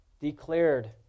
declared